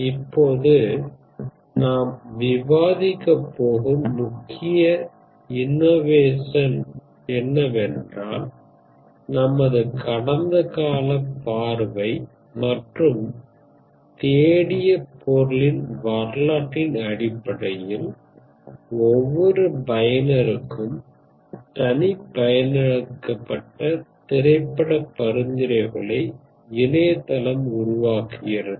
இப்போது நாம் விவாதிக்க போகும் முக்கிய இன்னோவேஷன் என்னவென்றால் நமது கடந்தகால பார்வை மற்றும் தேடிய பொருளின் வரலாற்றின் அடிப்படையில் ஒவ்வொரு பயனருக்கும் தனிப்பயனாக்கப்பட்ட திரைப்படப் பரிந்துரைகளை இணையதளம் உருவாக்குகிறது